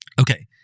Okay